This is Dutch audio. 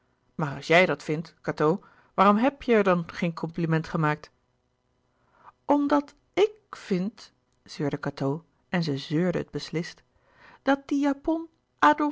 maar als j i j dat vindt cateau waarom h e b jij haar dan geen compliment gemaakt omdat i k vind zeurde cateau en zij louis couperus de boeken der kleine zielen zeurde het beslist dat die japon